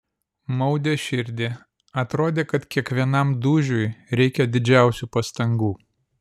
maudė širdį atrodė kad kiekvienam dūžiui reikia didžiausių pastangų